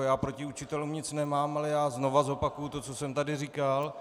Já proti učitelům nic nemám, ale znovu zopakuji to, co jsem tady říkal.